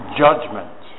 judgment